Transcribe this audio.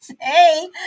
hey